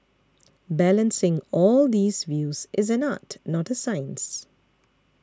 balancing all these views is an art not a science